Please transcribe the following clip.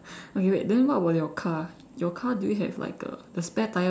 okay wait then what about your car your car do you have like a the spare tyre